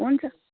हुन्छ